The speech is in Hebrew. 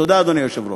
תודה, אדוני היושב-ראש.